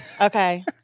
Okay